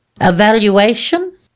Evaluation